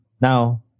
Now